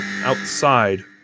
outside